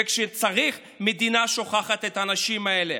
וכשצריך המדינה שוכחת את האנשים האלה.